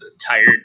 tired